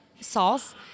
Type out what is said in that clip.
sauce